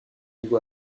niveau